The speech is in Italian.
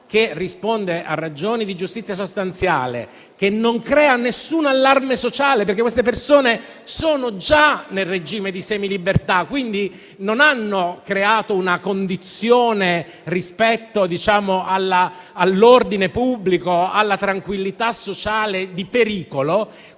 che risponde a ragioni di giustizia sostanziale e non crea alcun allarme sociale, perché quelle persone sono già nel regime di semilibertà, e quindi non hanno creato una condizione di pericolo rispetto all'ordine pubblico e alla tranquillità sociale, qual